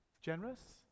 Generous